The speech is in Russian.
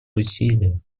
усилия